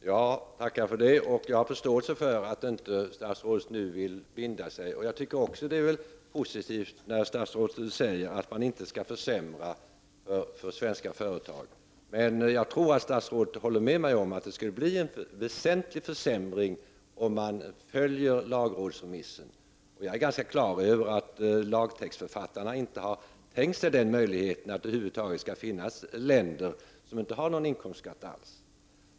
Herr talman! Jag tackar för det svaret. Jag har förståelse för att statsrådet inte nu vill binda sig. Jag tycker också att det är positivt att statsrådet nu säger att man inte skall försämra för svenska företag. Men jag tror att statsrådet håller med mig om att det skulle bli en väsentlig försämring om man föl jer lagrådsremissen. Jag är ganska säker på att lagtextförfattarna inte har tänkt sig den möjligheten att det över huvud taget kan finnas länder som inte har någon inkomstskatt alls.